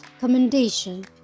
Commendation